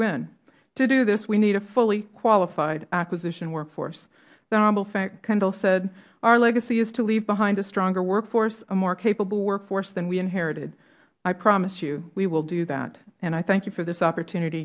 win to do this we need a fully qualified acquisition workforce the honorable frank kendall has said our legacy is to leave behind a stronger workforce a more capable workforce than we inherited i promise you we will do that and i thank you for this opportunity